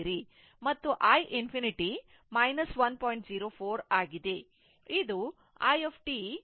ಮತ್ತು i ∞ 1